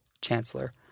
Chancellor